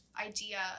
idea